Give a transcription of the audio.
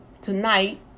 tonight